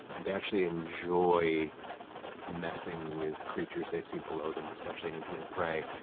they actually enjoy messing with creatures they see below them, especially intended prey,